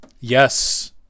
Yes